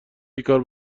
بیکار